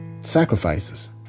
sacrifices